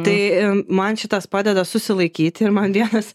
tai man šitas padeda susilaikyti ir man vienas